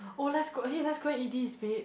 oh let's go eh let's go and eat this babe